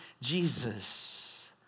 Jesus